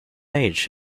age